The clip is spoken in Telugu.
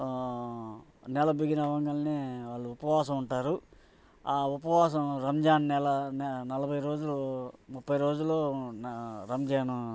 నెల బిగిన్ అవ్వంగానే వాళ్ళు ఉపవాసం ఉంటారు ఆ ఉపవాసం రంజాన్ నెల న నలభై రోజులు ముప్పై రోజులు రంజాను